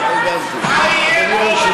להיות משרתם של אדונים, מה יהיה פה?